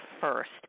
first